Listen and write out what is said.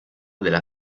della